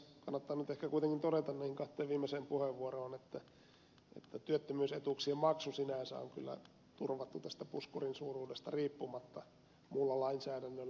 kannattaa nyt ehkä kuitenkin todeta näihin kahteen viimeiseen puheenvuoroon että työttömyysetuuksien maksu sinänsä on kyllä turvattu tästä puskurin suuruudesta riippumatta muulla lainsäädännöllä